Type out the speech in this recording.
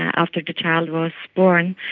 after the child was born.